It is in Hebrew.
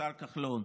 השר כחלון.